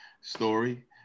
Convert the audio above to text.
story